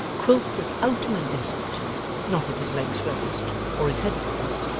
quilp was out in an instant not with his legs first, or his head first,